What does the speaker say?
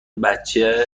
بچه